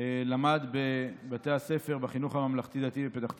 הוא למד בבתי הספר בחינוך הממלכתי-דתי בפתח תקווה,